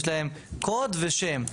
יש להם קוד ושם.